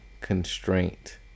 constraint